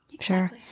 Sure